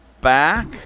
back